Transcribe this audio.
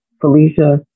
felicia